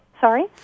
Sorry